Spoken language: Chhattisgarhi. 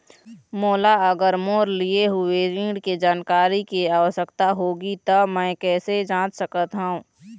मोला अगर मोर लिए हुए ऋण के जानकारी के आवश्यकता होगी त मैं कैसे जांच सकत हव?